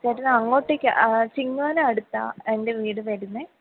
ചേട്ടന് അങ്ങോട്ടേക്ക് ആ ചിങ്ങവനം അടുത്താണ് എൻ്റെ വീട് വരുന്നത്